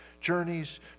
journeys